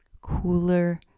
Cooler